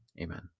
Amen